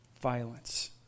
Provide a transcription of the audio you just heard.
violence